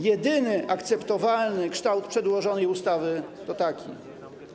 Jedyny akceptowalny kształt przedłożonej ustawy to taki.